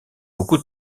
beaucoup